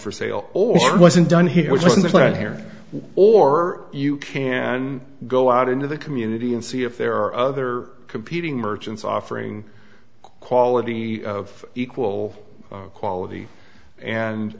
for sale or wasn't done he was misled here or you can go out into the community and see if there are other competing merchants offering quality of equal quality and